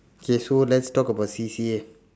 okay so let's talk about C_C_A